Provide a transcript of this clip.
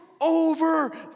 over